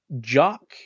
jock